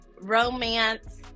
romance